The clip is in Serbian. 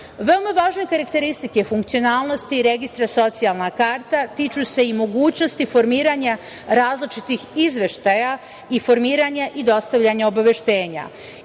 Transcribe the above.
važne karakteristike funkcionalnosti i registra Socijalna karta tiču se i mogućnosti formiranja različitih izveštaja i formiranja i dostavljanja obaveštenja. Izveštaj